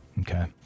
Okay